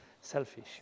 selfish